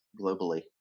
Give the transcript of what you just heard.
globally